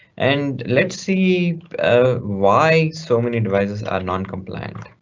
and let's see why so many devices are noncompliant.